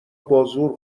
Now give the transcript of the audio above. بازور